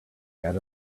had